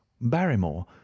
barrymore